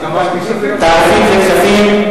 תעריפים זה כספים.